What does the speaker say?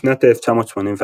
בשנת 1981,